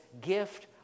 gift